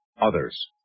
others